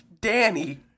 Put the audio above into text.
Danny